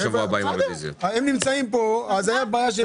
פה אנחנו הגשנו את הרביזיה הזאת כי יש פה גם את הנושא של מורי הדרך.